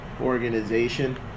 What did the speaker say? organization